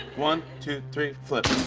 one, two, three, flip.